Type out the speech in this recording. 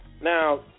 Now